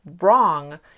wrong